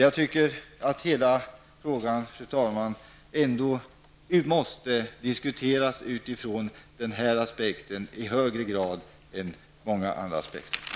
Jag tycker att frågan måste diskuteras utifrån den aspekten i högre grad än utifrån många andra aspekter, fru talman.